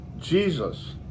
jesus